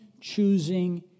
choosing